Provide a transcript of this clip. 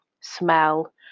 smell